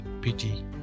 pity